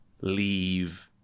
leave